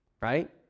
right